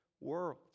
world